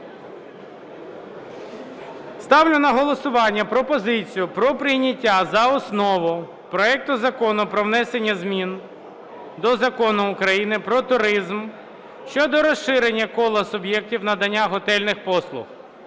Ставлю на голосування пропозицію про прийняття за основу проекту Закону про внесення змін до Закону України "Про туризм" щодо розширення кола суб'єктів надання готельних послуг